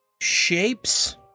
shapes